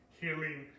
healing